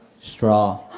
straw